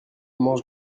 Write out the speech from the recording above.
mangent